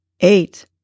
eight